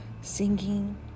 Singing